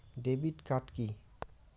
Debit card key?